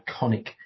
iconic